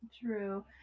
true